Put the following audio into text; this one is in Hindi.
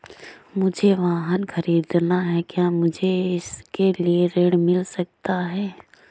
मुझे वाहन ख़रीदना है क्या मुझे इसके लिए ऋण मिल सकता है?